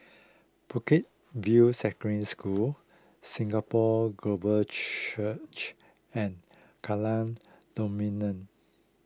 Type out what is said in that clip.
Bukit View Secondary School Singapore Global Church and Kallang